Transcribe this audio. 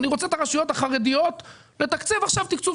אני רוצה לתקצב תגבור לרשויות החרדיות בתקצוב שוטף.